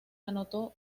anotó